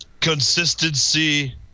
Consistency